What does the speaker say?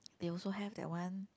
they also have that one